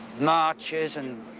marches and